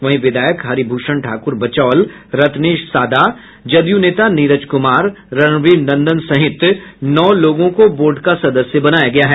वहीं विधायक हरिभूषण ठाकुर बचौल रत्नेश सादा जदयू नेता नीरज कुमार रणवीर नंदन सहित नौ लोगों को बोर्ड का सदस्य बनाया गया है